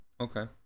Okay